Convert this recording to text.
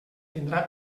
tindrà